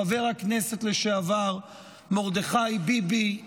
חבר הכנסת לשעבר מרדכי ביבי,